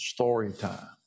Storytime